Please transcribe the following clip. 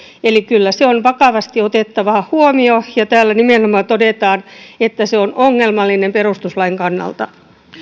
eli kyllä se on vakavasti otettava huomio ja täällä nimenomaan todetaan että se on ongelmallinen perustuslain kannalta